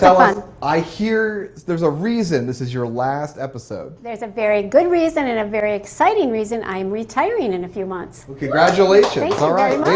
so um i hear there's a reason this is your last episode. there's a very good reason and a very exciting reason. i'm retiring in a few months. okay, congratulations. alright.